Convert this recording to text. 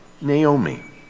Naomi